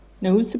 No